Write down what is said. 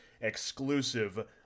exclusive